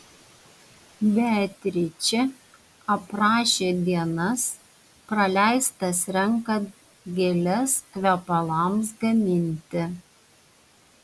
beatričė aprašė dienas praleistas renkant gėles kvepalams gaminti